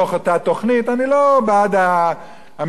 אני לא בעד המשקולות האלה.